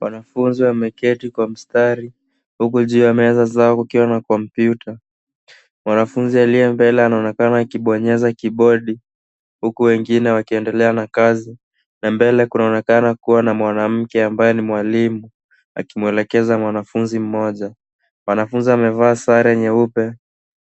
Wanafunzi wameketi kwenye mstari huku juu ya meza zao kukiwa na kompyuta. Mwanafunzi aliye mbele anaonekana akibonyeza kibodi huku wengine wakiendelea na kazi na mbele kunaonekana kuwa na mwanamke ambaye ni mwalimu akimwelekeza mwanafunzi mmoja. Mwanafunzi amevaa sare nyeupe